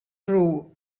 true